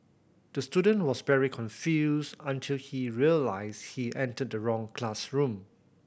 the student was very confused until he realised he entered the wrong classroom